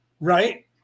Right